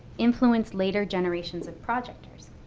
influence later generations of projectors.